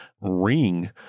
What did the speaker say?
ring